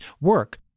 work